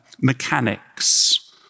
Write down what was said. mechanics